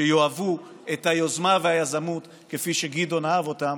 שיאהבו את היוזמה והיזמות כפי שגדעון אהב אותם.